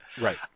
Right